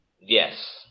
Yes